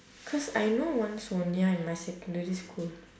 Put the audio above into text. cause I know one sonia in my secondary school